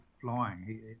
flying